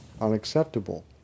unacceptable